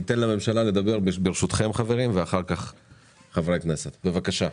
הרשות לניצולי שואה, בבקשה.